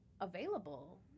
available